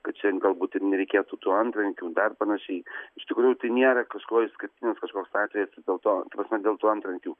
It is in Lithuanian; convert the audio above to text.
kad čia galbūt ir nereikėtų tų antrankių dar panašiai iš tikrųjų tai nėra kažko išskirtinis kažkoks atvejis ir dėl to ta prasme dėl to antrankių